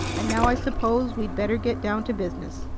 and now i suppose we'd better get down to business.